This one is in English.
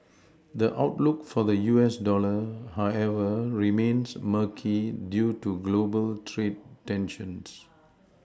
the outlook for the U S dollar however remains murky due to global trade tensions